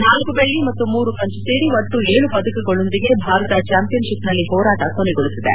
ನಾಲ್ಲು ಬೆಳ್ಳ ಮತ್ತು ಮೂರು ಕಂಚು ಸೇರಿ ಒಟ್ಟು ಏಳು ಪದಕಗಳೊಂದಿಗೆ ಭಾರತ ಚಾಂಪಿಯನ್ ಷಿಪ್ ನಲ್ಲಿ ಹೋರಾಟ ಕೊನೆಗೊಳಿಸಿದೆ